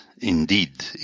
indeed